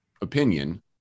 opinion